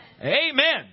Amen